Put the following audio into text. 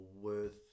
worth